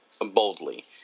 boldly